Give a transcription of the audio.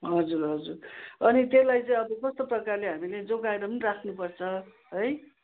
हजुर हजुर अनि त्यसलाई चाहिँ अलिक कस्तो प्रकारले हामीले जोगाएर राख्नु पर्छ है